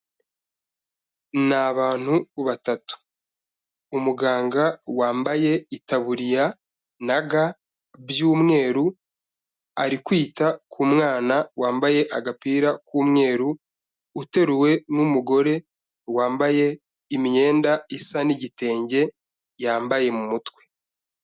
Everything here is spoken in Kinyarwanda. Ni abantu batatu, umuganga wambaye itaburiya na ga by'umweru, ari kwita ku mwana wambaye agapira k'umweru, uteruwe n'umugore wambaye imyenda isa n'igitenge yambaye mu mutwe.